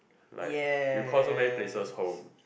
like you called so many places home